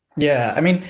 yeah, i mean,